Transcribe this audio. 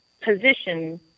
position